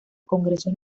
congresos